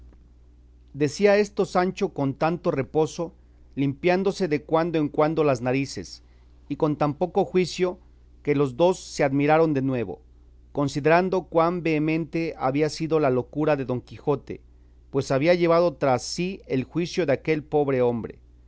decía esto sancho con tanto reposo limpiándose de cuando en cuando las narices y con tan poco juicio que los dos se admiraron de nuevo considerando cuán vehemente había sido la locura de don quijote pues había llevado tras sí el juicio de aquel pobre hombre